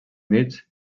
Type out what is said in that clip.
nits